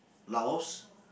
Laos